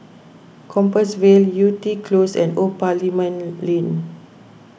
Compassvale Yew Tee Close and Old Parliament Lane